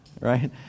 right